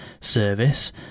service